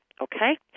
okay